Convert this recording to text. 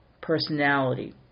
personality